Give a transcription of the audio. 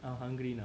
I'm hungry now